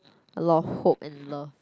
a lot hope and love